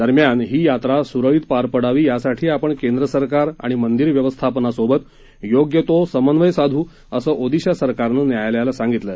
दरम्यान ही यात्रा सुरळीत पार पडावी यासाठी आपण केंद्र सरकार आणि मंदीर व्यवस्थापनासोबत योग्य तो समन्वय साधू असं ओदिशा सरकारनं न्यायालयाला सांगितलं